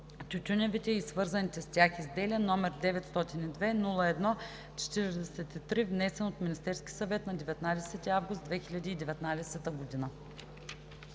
тютюневите и свързаните с тях изделия, № 902-01-43, внесен от Министерския съвет на 19 август 2019 г.“